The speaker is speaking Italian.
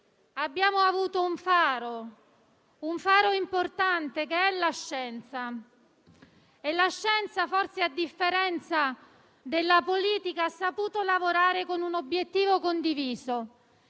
abbiamo avuto un faro importante, che è la scienza. La scienza, a differenza forse della politica, ha saputo lavorare con un obiettivo condiviso: